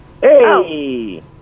Hey